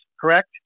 Correct